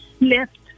left